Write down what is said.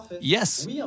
Yes